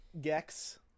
Gex